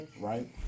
right